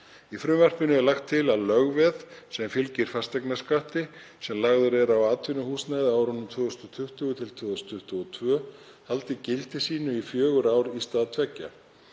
Í frumvarpinu er lagt til að lögveð sem fylgir fasteignaskatti sem lagður er á atvinnuhúsnæði á árunum 2020–2022 haldi gildi sínu í fjögur ár í stað tveggja.